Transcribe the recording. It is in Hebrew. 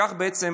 כך בעצם